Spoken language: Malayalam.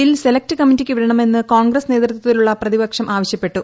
ബിൽ സെലക്ട് കമ്മിറ്റിക്ക് വിടണമെന്ന് കോൺഗ്രസ് നേതൃത്വത്തിലുള്ള പ്രതിപക്ഷം ആവശ്യപ്പെട്ടു